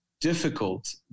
difficult